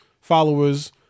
followers